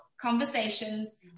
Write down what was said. conversations